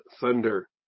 thunder